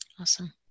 Awesome